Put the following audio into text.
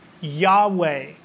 Yahweh